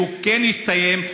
והוא יסתיים,